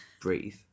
Breathe